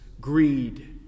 greed